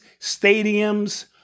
stadiums